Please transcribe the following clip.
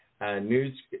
news